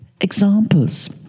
examples